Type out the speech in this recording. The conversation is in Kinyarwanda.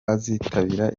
azitabira